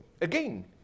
again